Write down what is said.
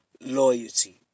loyalty